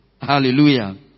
Hallelujah